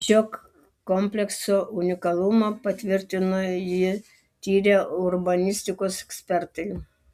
šio komplekso unikalumą patvirtino jį tyrę urbanistikos ekspertai